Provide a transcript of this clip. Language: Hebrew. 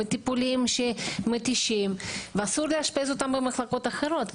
עם הטיפולים שמתישים ואסור לאשפז אותם במחלקות אחרות,